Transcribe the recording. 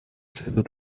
следует